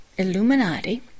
Illuminati